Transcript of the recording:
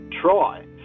try